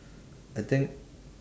I think